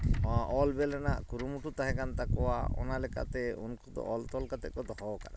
ᱱᱚᱣᱟ ᱚᱞ ᱵᱤᱞ ᱨᱮᱱᱟᱜ ᱠᱩᱨᱩᱢᱩᱴᱩ ᱛᱟᱦᱮᱸ ᱠᱟᱱ ᱛᱟᱠᱚᱣᱟ ᱚᱱᱟ ᱞᱮᱠᱟᱛᱮ ᱩᱱᱠᱩ ᱚᱞ ᱛᱚᱞ ᱠᱟᱛᱮᱫ ᱠᱚ ᱫᱚᱦᱚ ᱟᱠᱟᱫᱟ